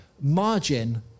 margin